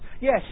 Yes